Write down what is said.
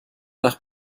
nach